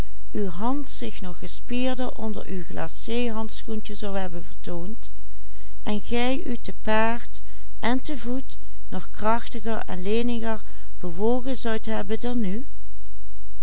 u te paard en te voet nog krachtiger en leniger bewogen zoudt hebben dan nu